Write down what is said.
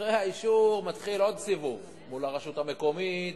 אחרי האישור מתחיל עוד סיבוב: מול הרשות המקומית,